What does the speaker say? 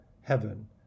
heaven